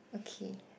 okay